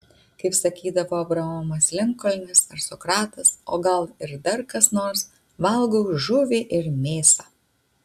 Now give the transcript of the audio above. kaip sakydavo abraomas linkolnas ar sokratas o gal ir dar kas nors valgau žuvį ir mėsą